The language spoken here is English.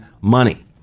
money